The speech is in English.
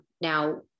Now